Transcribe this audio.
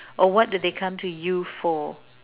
what do they come to you for